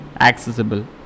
accessible